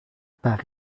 par